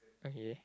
okay